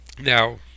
now